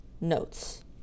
Notes